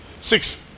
Six